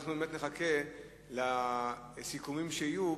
ואנחנו באמת נחכה לסיכומים שיהיו,